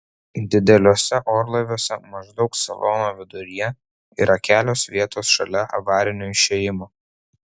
dideliuose orlaiviuose maždaug salono viduryje yra kelios vietos šalia avarinio išėjimo